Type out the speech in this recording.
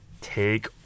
take